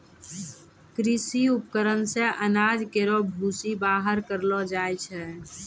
कृषि उपकरण से अनाज केरो भूसी बाहर करलो जाय छै